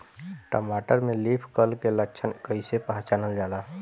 टमाटर में leaf curl के लक्षण कइसे पहचानल जाला?